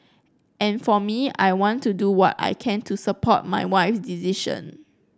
and for me I want to do what I can to support my wife decision